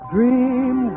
Dream